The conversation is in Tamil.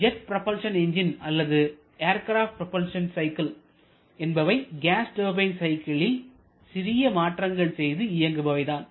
ஜெட் ப்ரொபல்சன் சைக்கிள் அல்லது ஏர்க்ரப்ட் ப்ரொபல்சன் சைக்கிள் என்பவை கேஸ் டர்பைன் சைக்கிளில் சிறிய மாற்றங்கள் செய்து இயங்குபவை தான்